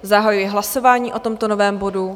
Zahajuji hlasování o tomto novém bodu.